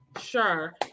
Sure